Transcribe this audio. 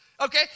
Okay